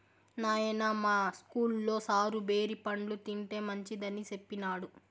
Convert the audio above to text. నాయనా, మా ఇస్కూల్లో సారు బేరి పండ్లు తింటే మంచిదని సెప్పినాడు